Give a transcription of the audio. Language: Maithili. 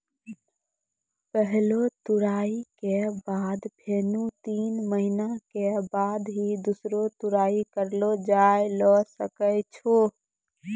पहलो तुड़ाई के बाद फेनू तीन महीना के बाद ही दूसरो तुड़ाई करलो जाय ल सकै छो